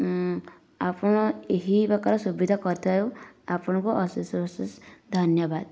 ଆପଣ ଏହି ପ୍ରକାର ସୁବିଧା କରିଥିବାରୁ ଆପଣଙ୍କୁ ଅଶେଷ ଅଶେଷ ଧନ୍ୟବାଦ